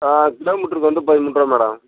ஆ கிலோமீட்டருக்கு வந்து பதிமூன்றுரூபா மேடம்